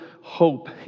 hope